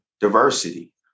diversity